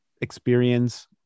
experience